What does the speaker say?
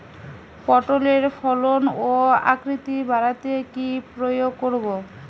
পটলের ফলন ও আকৃতি বাড়াতে কি প্রয়োগ করব?